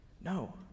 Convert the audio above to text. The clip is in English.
No